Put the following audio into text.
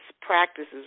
practices